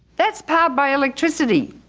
that's powered by electricity!